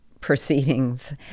proceedings